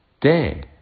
day